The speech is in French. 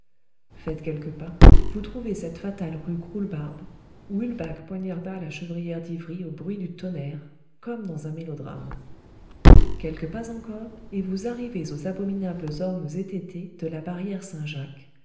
faites quelques pas vous trouvez cette fatale rue croulebarbe où ulbach poignarda la chevrière d'ivry au bruit du tonnerre comme dans un mélodrame quelques pas encore et vous arrivez aux abominables ormes étêtés de la barrière saint-jacques